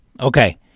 Okay